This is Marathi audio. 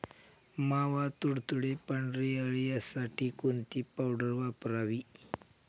मावा, तुडतुडे, पांढरी अळी यासाठी कोणती पावडर वापरावी?